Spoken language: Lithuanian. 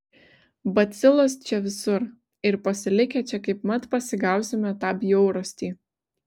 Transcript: bacilos čia visur ir pasilikę čia kaip mat pasigausime tą bjaurastį